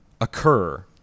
occur